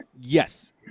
yes